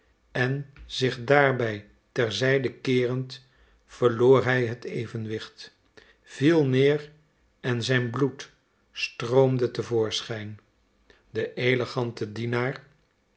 en zich daarbij ter zijde keerend verloor hij het evenwicht viel neer en zijn bloed stroomde te voorschijn de elegante dienaar